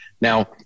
Now